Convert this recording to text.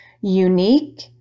unique